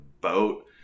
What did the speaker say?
boat